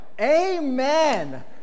amen